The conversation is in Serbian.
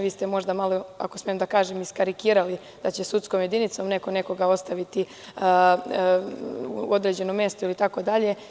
Vi ste možda malo, ako smem da kažem, iskarikirali da će sudskom jedinicom neko nekoga ostaviti u određenom mestu itd.